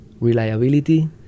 reliability